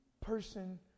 person